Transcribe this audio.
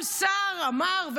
כל שר אמר,